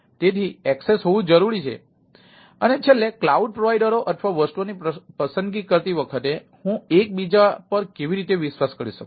તેથી એક્સેસ હોવું જરૂરી છે અને છેલ્લે ક્લાઉડ પ્રોવાઇડરઓ અથવા વસ્તુઓની પસંદગી કરતી વખતે હું એકબીજા પર કેવી રીતે વિશ્વાસ કરી શકું